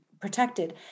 protected